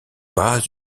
pas